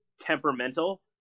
temperamental